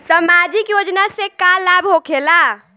समाजिक योजना से का लाभ होखेला?